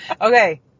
Okay